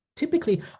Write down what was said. Typically